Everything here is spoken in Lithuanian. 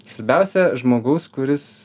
svarbiausia žmogaus kuris